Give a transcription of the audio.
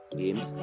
games